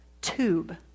tube